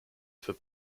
for